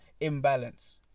imbalance